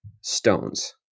stones